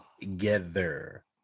together